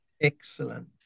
Excellent